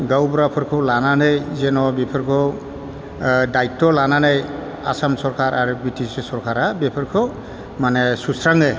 गावबुराफोरखौ लानानै जेन' बेफोरखौ ओ दाय्थ' लानानै आसाम सरखार आरो बि टि सि सरखारा बेफोरखौ माने सुस्राङो